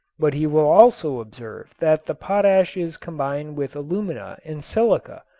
but he will also observe that the potash is combined with alumina and silica,